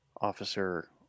Officer